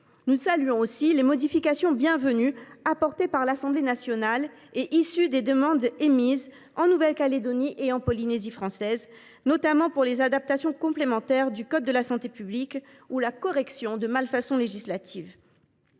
Nous saluons aussi les modifications bienvenues apportées par l’Assemblée nationale et issues des demandes émises par la Nouvelle Calédonie et la Polynésie française, concernant notamment les adaptations complémentaires du code de la santé publique ou la correction de malfaçons législatives.